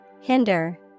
Hinder